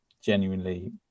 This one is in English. Genuinely